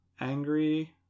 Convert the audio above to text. angry